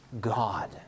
God